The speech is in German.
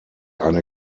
eine